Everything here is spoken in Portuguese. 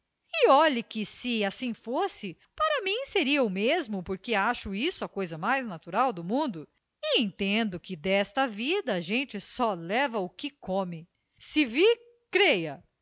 olhe que se assim fosse para mim seria o mesmo porque acho isso a coisa mais natural do mundo e entendo que desta vida a gente só leva o que come se vi creia